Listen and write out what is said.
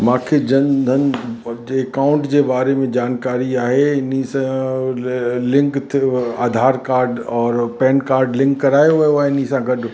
मूंखे जन धन जे अकाउंट जे बारे में जानकारी आहे इन सां ले लिंक थिए आधार कार्ड और पैन कार्ड लिंक करायो वियो आहे इन सां गॾु